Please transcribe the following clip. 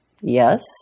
yes